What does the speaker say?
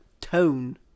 tone